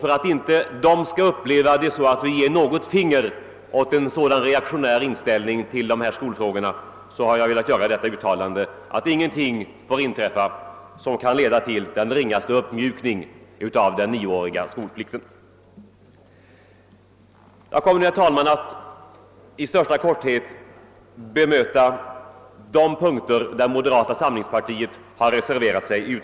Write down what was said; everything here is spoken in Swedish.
För att ingen skall tro, att vi ger ett finger åt denna reaktionära inställning har jag velat göra uttalandet, att ingenting får inträffa som kan leda till uppmjukning av den nioåriga skolplikten. Jag kommer nu, herr talman, att i största korthet beröra de punkter, på vilka moderata samlingspartiet har reserverat sig.